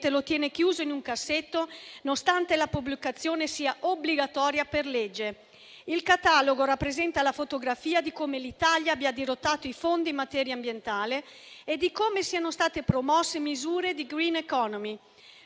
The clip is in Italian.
lo tiene chiuso in un cassetto, nonostante la pubblicazione sia obbligatoria per legge. Il catalogo rappresenta la fotografia di come l'Italia abbia dirottato i fondi in materia ambientale e di come siano state promosse misure di *green economy.*